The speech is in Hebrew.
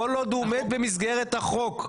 כל עוד הוא עומד במסגרת החוק.